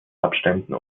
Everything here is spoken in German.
abständen